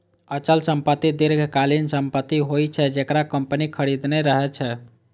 अचल संपत्ति दीर्घकालीन संपत्ति होइ छै, जेकरा कंपनी खरीदने रहै छै